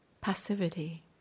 passivity